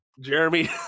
jeremy